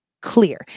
clear